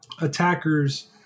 attackers